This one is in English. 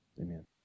Amen